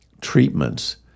treatments